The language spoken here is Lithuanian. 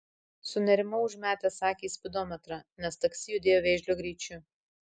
sunerimau užmetęs akį į spidometrą nes taksi judėjo vėžlio greičiu